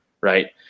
right